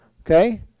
okay